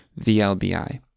VLBI